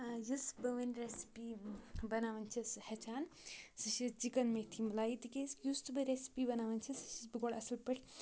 یُس بہٕ وۄنۍ ریسِپی بَناوٕنۍ چھس ہیٚچھان سُہ چھِ چِکَن میتھی مُلایی تِکیازِ یُس تہِ بہٕ ریسِپی بَناوان چھِ سُہ چھَس بہٕ گۄڈٕ اَصٕل پٲٹھۍ